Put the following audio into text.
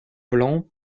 blanc